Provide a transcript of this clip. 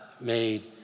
made